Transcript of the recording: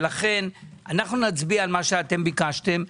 ולכן נצביע על מה שאתם ביקשתם.